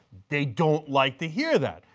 they don't like to hear that.